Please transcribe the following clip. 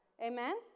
Amen